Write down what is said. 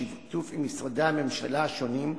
בשיתוף עם משרדי הממשלה השונים,